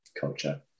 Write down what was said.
culture